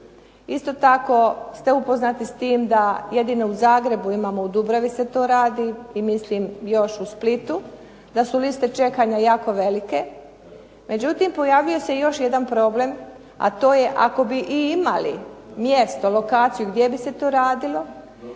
Isto tako ste upoznati s tim da jedino u Zagrebu imamo u Dubravi se to radi i mislim još u Splitu da su liste čekanja kako velike. Međutim, pojavljuje se i još jedan problem, a to je ako bi i imali mjesto, lokaciju gdje bi se to radilo